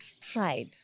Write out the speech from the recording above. Tried